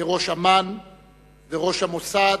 כראש אמ"ן וראש המוסד,